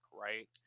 right